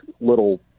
little